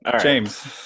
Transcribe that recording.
james